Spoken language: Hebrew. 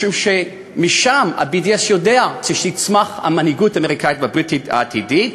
משום שה-BDS יודע שמשם שתצמח המנהיגות האמריקנית והבריטית העתידית,